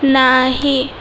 नाही